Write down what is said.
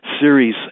series